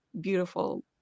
beautiful